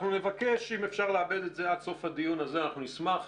אנחנו נבקש אם אפשר לעבד את זה עד סוף הדיון אנחנו נשמח.